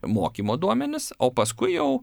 mokymo duomenis o paskui jau